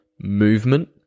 movement